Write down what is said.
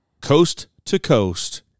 coast-to-coast